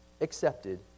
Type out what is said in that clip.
accepted